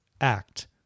Act